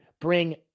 bring